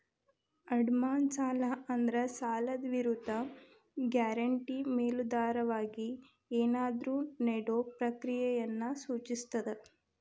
ಅಡಮಾನ ಸಾಲ ಅಂದ್ರ ಸಾಲದ್ ವಿರುದ್ಧ ಗ್ಯಾರಂಟಿ ಮೇಲಾಧಾರವಾಗಿ ಏನಾದ್ರೂ ನೇಡೊ ಪ್ರಕ್ರಿಯೆಯನ್ನ ಸೂಚಿಸ್ತದ